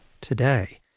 today